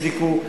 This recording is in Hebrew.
תבדקו,